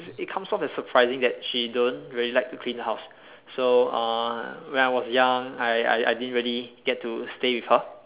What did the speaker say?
it comes out like surprising that she don't really like to clean house so uh when I was young I I I didn't really get to stay with her